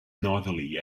northerly